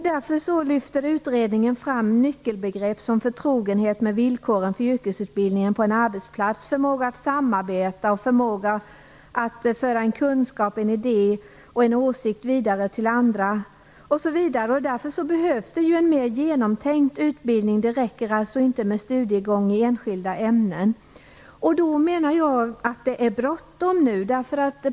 Utredningen lyfter fram nyckelbegrepp som förtrogenhet med villkoren för yrkesutbildningen på en arbetsplats, förmåga att samarbeta, förmåga att föra en kunskap, en idé eller en åsikt vidare till andra, osv. Det behövs därför en mer genomtänkt utbildning. Det räcker inte med studiegång i enskilda ämnen. Jag menar att det nu är bråttom.